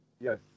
Yes